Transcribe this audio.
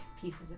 pieces